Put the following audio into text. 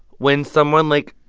when someone, like,